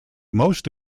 most